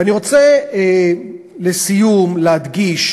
ואני רוצה לסיום להדגיש